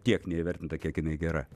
tiek jinai neįvertinta kiek jinai gera